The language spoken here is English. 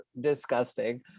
disgusting